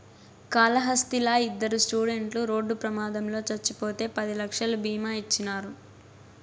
కాళహస్తిలా ఇద్దరు స్టూడెంట్లు రోడ్డు ప్రమాదంలో చచ్చిపోతే పది లక్షలు బీమా ఇచ్చినారు